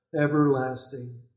everlasting